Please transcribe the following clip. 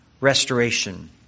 restoration